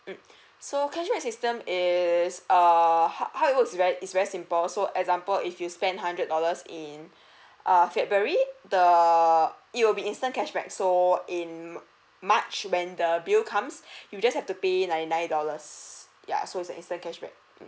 mm so cashback system is err how how it was right is very simple so example if you spend hundred dollars in err february the it will be instant cashback so uh in march when the bill comes you just have to pay ninety nine dollars ya so it's like it's like cashback